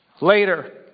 Later